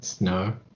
no